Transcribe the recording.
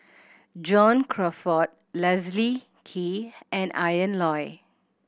John Crawfurd Leslie Kee and Ian Loy